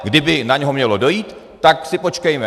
Kdyby na něho mělo dojít, tak si počkejme.